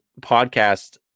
podcast